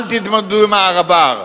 אל תתמודדו עם העבר.